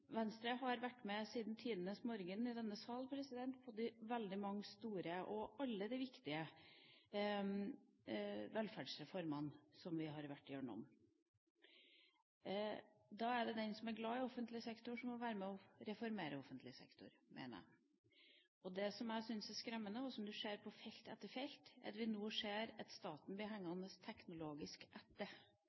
Venstre har siden tidenes morgen i denne sal vært med på veldig mange store, og alle de viktige velferdsreformene som vi har hatt. Da er det den som er glad i offentlig sektor, som må være med og reformere offentlig sektor, mener jeg. Det som jeg syns er skremmende, og som vi ser på felt etter felt, er at staten nå blir hengende teknologisk etter. Vi får ikke effektivisert, og vi får ikke fornyet, fordi vi blir hengende etter